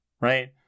right